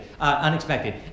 unexpected